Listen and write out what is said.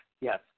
Yes